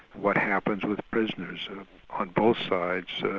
what happens with prisoners on both sides,